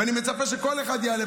ואני מצפה שכל אחד יעלה,